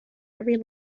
every